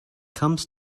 comes